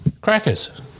Crackers